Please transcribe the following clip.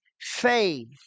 faith